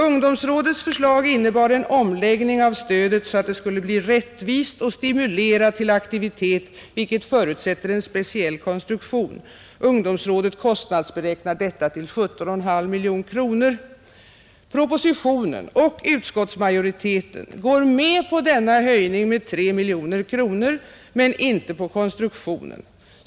Ungdomsrådets förslag innebar en omläggning av stödet, så att det skulle bli rättvist och stimulera till aktivitet, vilket förutsätter en speciell konstruktion. Ungdomsrådet kostnadsberäknade detta till 17,5 miljoner kronor. Propositionen — och utskottsmajoriteten — godtar denna höjning med 3 miljoner kronor men inte konstruktionen.